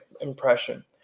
impression